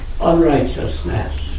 unrighteousness